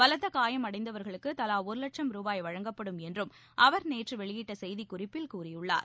பலத்த காயமடைந்தவர்களுக்கு தலா ஒரு லட்சும் ரூபாய் வழங்கப்படும் என்றும் அவர் நேற்று வெளியிட்ட செய்திக்குறிப்பில் கூறியுள்ளார்